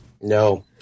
no